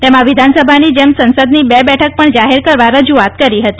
તેમાં વિધાનસભાની જેમ સંસદીન બે બેઠક પણ જાહેર કરવા રજૂઆત કરી હતી